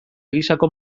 gisako